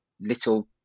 little